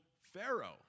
Pharaoh